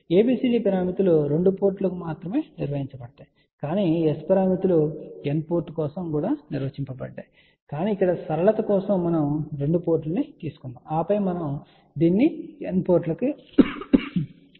ABCD పారామితులు 2 పోర్టులకు మాత్రమే నిర్వహించబడతాయి కానీ S పారామితులు n పోర్ట్ కోసం నిర్వచించబడ్డాయి కానీ సరళత కోసం మనం 2 పోర్టును తీసుకుందాం ఆపై మనము ఈ భావనను n పోర్టులకు విస్తరిస్తాము